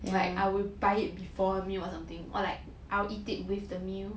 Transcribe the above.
it's like I will buy it before meal or something or like I will eat it with the meal